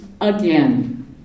again